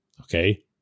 okay